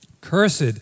cursed